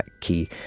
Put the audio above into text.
key